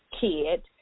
kid